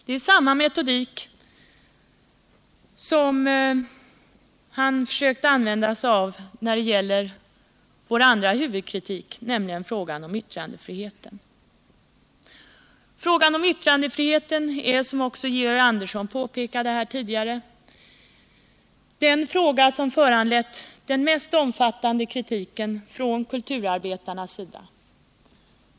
Det är samma metodik som han har försökt använda sig av när det gäller vår andra huvudkritik, nämligen frågan om yttrandefriheten. Frågan om yttrandefriheten är, som också Georg Andersson tidigare påpekat, den fråga som föranlett den mest omfattande kritiken från kulturarbetarnas sida.